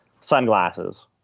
sunglasses